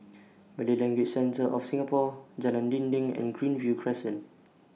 Malay Language Centre of Singapore Jalan Dinding and Greenview Crescent